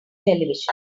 television